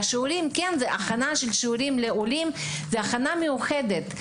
והכנת שיעורים לעולים זה הכנה מיוחדת.